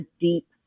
deep